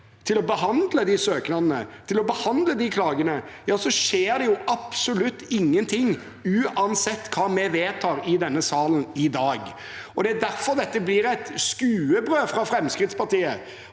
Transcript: til å behandle søknadene, til å behandle klagene, så skjer det absolutt ingenting, uansett hva vi vedtar i denne salen i dag. Det er derfor dette blir et skuebrød fra Fremskrittspartiet.